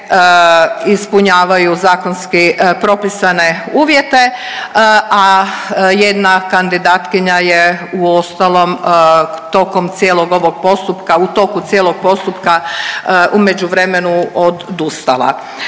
ispunjavaju zakonski propisane uvjete, a jedna kandidatkinja je uostalom tokom cijelog ovog postupka, u toku cijelog